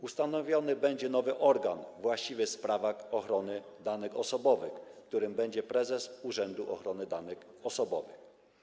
Ustanowiony będzie nowy organ właściwy w sprawach ochrony danych osobowych, którym będzie prezes Urzędu Ochrony Danych Osobowych.